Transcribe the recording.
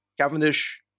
Cavendish